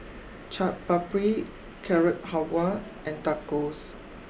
Chaat Papri Carrot Halwa and Tacos